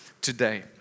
today